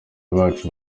bacu